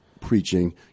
preaching